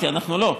אנחנו לא.